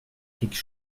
quelque